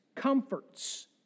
comforts